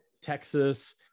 Texas